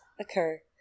occur